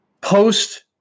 Post